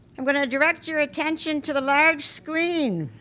i'm going to direct your attention to the large screen,